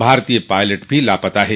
भारतीय पायलट भी लापता है